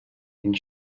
and